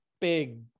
big